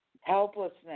helplessness